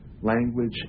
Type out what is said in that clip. language